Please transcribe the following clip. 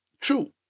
true